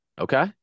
Okay